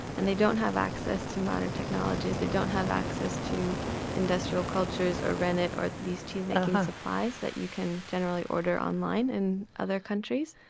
and they don't have access to modern technologies. they don't have access to industrial cultures, rennet, or these cheesemaking supplies that you can generally order online in other countries.